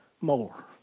more